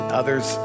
others